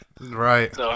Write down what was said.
Right